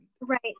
Right